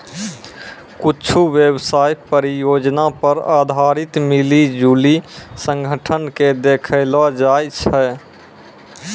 कुच्छु व्यवसाय परियोजना पर आधारित मिली जुली संगठन के देखैलो जाय छै